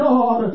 God